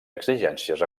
exigències